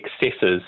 excesses